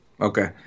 Okay